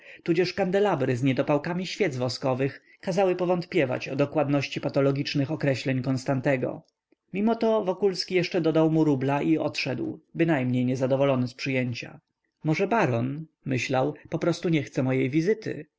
tudzież kandelabry z niedopałkami świec woskowych kazały powątpiewać o dokładności patologicznych określeń konstantego mimo to wokulski jeszcze dodał mu rubla i odszedł bynajmniej nie zadowolony z przyjęcia może baron myślał poprostu nie chce mojej wizyty